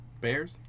Bears